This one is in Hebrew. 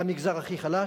למגזר הכי חלש.